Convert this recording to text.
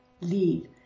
leave